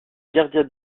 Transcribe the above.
gardien